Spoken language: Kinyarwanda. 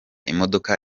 imodoka